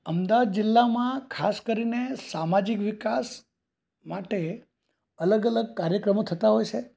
અમદાવાદ જિલ્લામાં ખાસ કરીને સામાજિક વિકાસ માટે અલગ અલગ કાર્યક્રમો થતા હોય છે